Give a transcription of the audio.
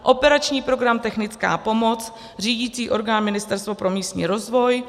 Operační program Technická pomoc, řídicí orgán Ministerstvo pro místní rozvoj;